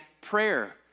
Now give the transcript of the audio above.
prayer